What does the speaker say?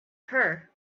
her